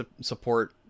support